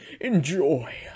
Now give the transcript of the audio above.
enjoy